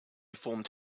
formed